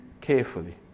carefully